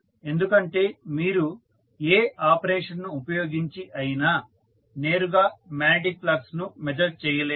ఎందుకంటే మీరు ఏ ఆపరేషన్ను ఉపయోగించి అయినా నేరుగా మాగ్నెటిక్ ఫ్లక్స్ ను మెజర్ చేయలేరు